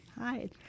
Hi